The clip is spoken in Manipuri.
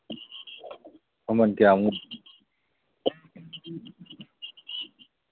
ꯃꯃꯟ ꯀꯌꯥꯃꯨꯛ